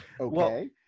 Okay